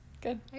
good